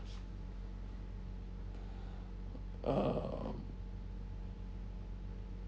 um